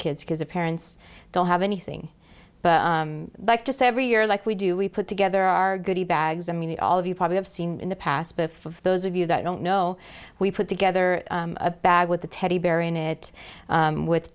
kids because the parents don't have anything but just every year like we do we put together our goodie bags i mean all of you probably have seen in the past but for those of you that don't know we put together a bag with the teddy bear in it with